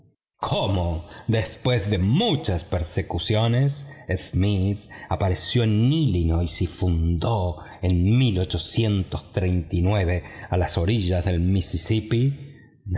cómo después de muchas persecuciones smith apareció en lilinois y fundó en a orillas del mississippi